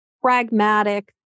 pragmatic